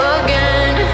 again